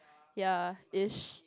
ya ish